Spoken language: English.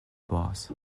boss